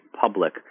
public